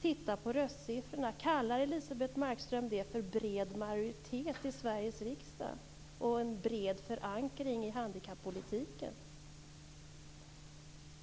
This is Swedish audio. Titta på röstsiffrorna! Kallar Elisebeht Markström det för en bred majoritet i Sveriges riksdag, en bred förankring i handikappolitiken?